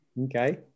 Okay